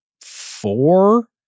four